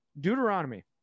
Deuteronomy